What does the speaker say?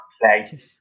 play